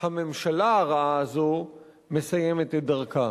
הממשלה הרעה הזאת מסיימת את דרכה.